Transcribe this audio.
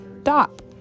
stop